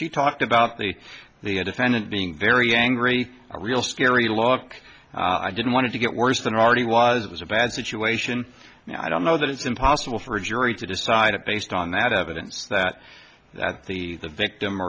she talked about the the a defendant being very angry a real scary lock i didn't want to get worse than i already was it was a bad situation and i don't know that it's impossible for a jury to decide it based on that evidence that that the victim